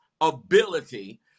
ability